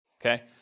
okay